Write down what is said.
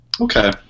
Okay